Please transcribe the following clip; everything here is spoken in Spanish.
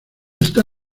esta